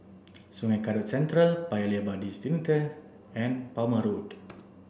Sungei Kadut Central Paya Lebar Districentre and Palmer Road